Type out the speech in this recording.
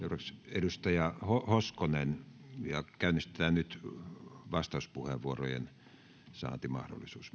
edustaja hoskonen ja käynnistetään nyt vastauspuheenvuorojen saantimahdollisuus